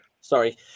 sorry